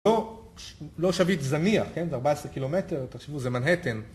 לא שביט זניח, כן? זה 14 קילומטר, תחשבו, זה מנהטן.